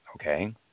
Okay